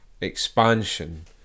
expansion